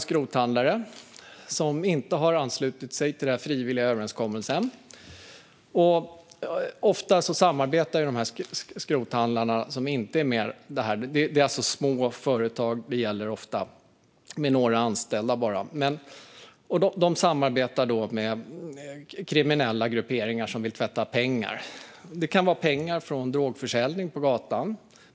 Skrothandlare som inte har anslutit sig till den frivilliga överenskommelsen, ofta små företag med endast några anställda, samarbetar ofta med kriminella grupperingar som vill tvätta pengar från till exempel drogförsäljning på gatan.